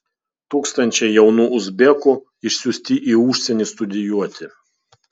tūkstančiai jaunų uzbekų išsiųsti į užsienį studijuoti